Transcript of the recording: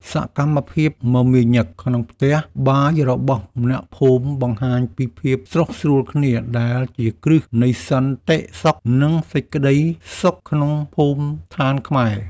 សកម្មភាពមមាញឹកក្នុងផ្ទះបាយរបស់អ្នកភូមិបង្ហាញពីភាពស្រុះស្រួលគ្នាដែលជាគ្រឹះនៃសន្តិសុខ និងសេចក្តីសុខក្នុងភូមិឋានខ្មែរ។